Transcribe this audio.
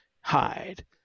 hide